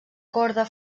corda